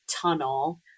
tunnel